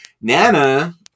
Nana